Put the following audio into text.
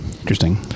Interesting